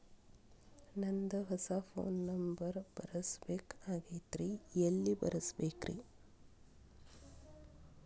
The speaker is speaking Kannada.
ನಂದ ಹೊಸಾ ಫೋನ್ ನಂಬರ್ ಬರಸಬೇಕ್ ಆಗೈತ್ರಿ ಎಲ್ಲೆ ಬರಸ್ಬೇಕ್ರಿ?